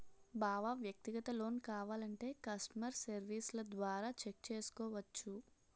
బావా వ్యక్తిగత లోన్ కావాలంటే కష్టమర్ సెర్వీస్ల ద్వారా చెక్ చేసుకోవచ్చు